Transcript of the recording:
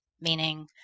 meaning